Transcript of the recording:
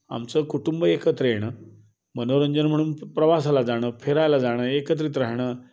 आमचं कुटुंब एकत्र येणं मनोरंजन म्हणून प्रवासाला जाणं फिरायला जाणं एकत्रित राहणं